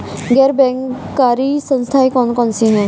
गैर बैंककारी संस्थाएँ कौन कौन सी हैं?